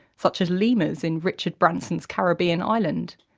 such as lemurs in richard branson's caribbean island,